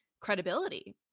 credibility